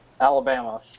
Alabama